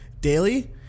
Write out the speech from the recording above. daily